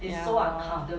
ya lor